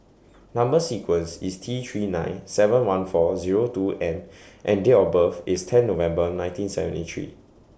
Number sequence IS T three nine seven one four Zero two M and Date of birth IS ten November nineteen seventy three